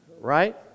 Right